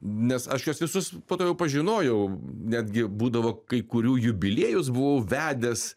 nes aš juos visus po to jau pažinojau netgi būdavo kai kurių jubiliejus buvau vedęs